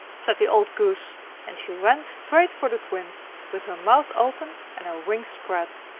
said the old goose and she ran straight for the twins with her mouth open and her wings spread!